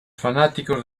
fanáticos